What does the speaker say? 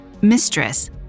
Mistress